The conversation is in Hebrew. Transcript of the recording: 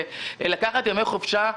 לקחת ימי חופשה,